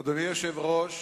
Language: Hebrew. אדוני היושב-ראש,